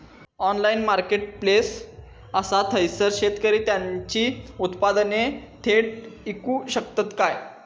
Online marketplace असा थयसर शेतकरी त्यांची उत्पादने थेट इकू शकतत काय?